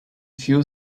few